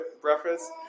breakfast